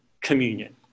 communion